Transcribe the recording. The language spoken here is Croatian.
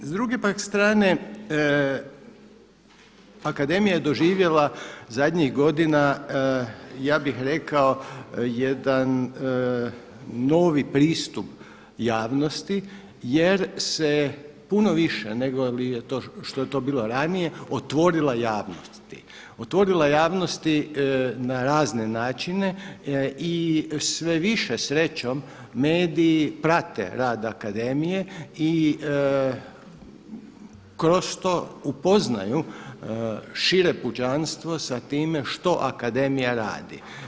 S druge pak strane Akademija je doživjela zadnjih godina, ja bih rekao jedan novi pristup javnosti jer se puno više nego li je to, što je to bilo ranije otvorila javnosti, otvorila javnosti na razne načine i sve više srećom mediji prate rad Akademije i kroz to upoznaju šire pučanstvo sa time što Akademija radi.